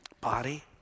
body